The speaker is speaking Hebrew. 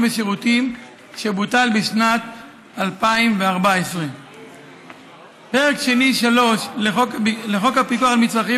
ושירותים שבוטל בשנת 2014. פרק שני 3 לחוק הפיקוח על מצרכים